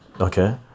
okay